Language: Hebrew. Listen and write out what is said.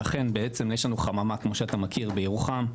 ולכן יש לנו חממה כמו שאתה מכיר בירוחם,